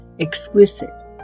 exquisite